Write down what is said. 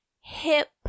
hip